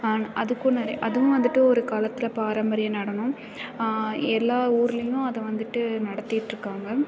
ஆனால் அதுக்கும் நிறைய அதுவும் வந்துட்டு ஒரு காலத்தில் பாரம்பரிய நடனம் எல்லா ஊர்லேயும் அதை வந்துட்டு நடத்திட்டுருக்காங்க